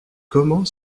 comment